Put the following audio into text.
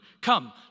come